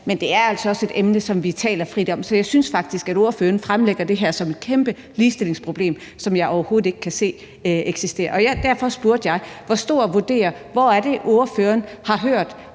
men det er altså også et emne, som vi taler frit om. Så jeg synes faktisk, at ordføreren fremlægger det her som et kæmpe ligestillingsproblem, som jeg overhovedet ikke kan se eksisterer, og derfor spurgte jeg: Hvor er det, ordføreren har hørt,